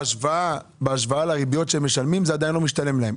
בהשוואה לריביות שהם משלמים זה עדיין לא משתלם להם.